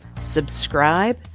subscribe